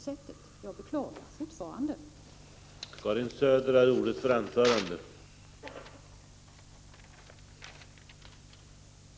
Jag beklagar fortfarande detta.